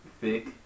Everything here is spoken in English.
thick